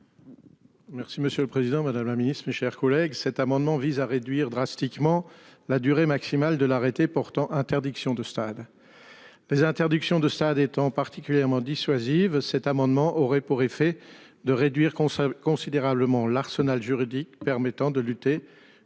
Merci, monsieur le Président Madame la Ministre, mes chers collègues. Cet amendement vise à réduire drastiquement la durée maximale de l'arrêté portant interdiction de stade. Les interdictions de stade étant particulièrement dissuasive. Cet amendement aurait pour effet de réduire qu'on s'est considérablement l'arsenal juridique permettant de lutter contre les